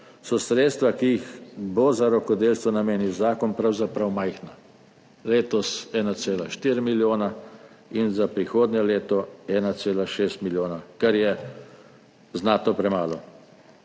so sredstva, ki jih bo za rokodelstvo namenil zakon, pravzaprav majhna. Letos 1,4 milijona in za prihodnje leto 1,6 milijona, kar je znatno premalo.